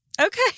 Okay